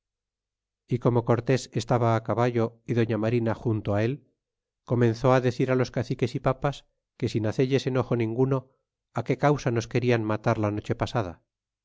é como cortés estaba caballo é dofia marina junto e él comenzó decir á los caciques y papas que sin hacelles enojo ninguno qué causa nos querian matar la noche pasada